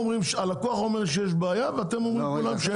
הלקוח אומר שיש בעיה, ואתם אומרים כולם שאין בעיה.